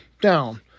down